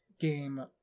game